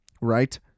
Right